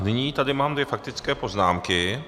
Nyní tady mám dvě faktické poznámky.